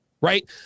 right